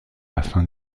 afin